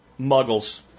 Muggles